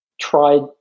tried